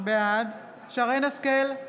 בעד שרן מרים השכל,